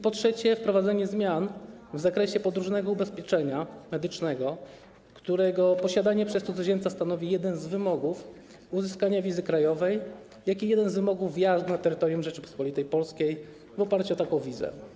Po trzecie, wprowadzenie zmian w zakresie podróżnego ubezpieczenia medycznego, którego posiadanie przez cudzoziemca stanowi jeden z wymogów uzyskania wizy krajowej, jak i jeden z wymogów wjazdu na terytorium Rzeczypospolitej Polskiej w oparciu o taką wizę.